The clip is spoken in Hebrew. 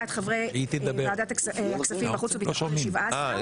את חברי ועדת הכספים וחוץ וביטחון ל-17,